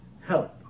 help